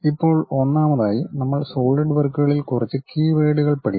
ഇപ്പോൾ ഒന്നാമതായി നമ്മൾ സോളിഡ് വർക്കുകളിൽ കുറച്ച് കീവേഡുകൾ പഠിക്കണം